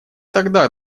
тогда